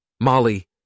Molly